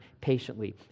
patiently